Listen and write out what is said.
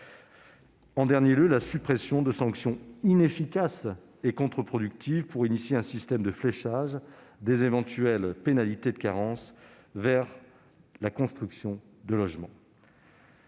ou encore la suppression de sanctions inefficaces et contre-productives pour initier un système de fléchage des éventuelles pénalités de carence vers de la construction de logements.